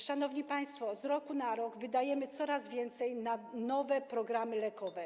Szanowni państwo, z roku na rok wydajemy coraz więcej na nowe programy lekowe.